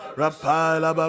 rapala